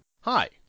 Hi